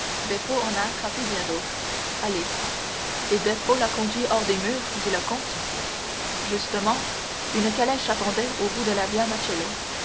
a attrapé bien d'autres allez et beppo l'a conduit hors des murs dit le comte justement une calèche attendait au bout de la via